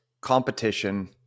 competition